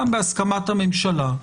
גם בהסכמת הממשלה,